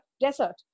desert